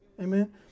Amen